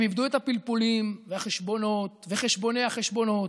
הם איבדו את הפלפולים והחשבונות וחשבוני-החשבונות.